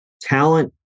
talent